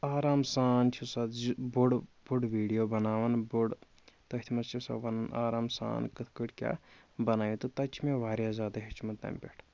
آرام سان چھِ سۄ بوٚڑ بوٚڑ ویٖڈیو بَناوان بوٚڑ تٔتھۍ منٛز چھِ سۄ وَنان آرام سان کِتھ کٲٹھۍ کیٛاہ بَنٲیِو تہٕ تَتہِ چھِ مےٚ واریاہ زیادٕ ہیٚچھمُت تَمہِ پٮ۪ٹھ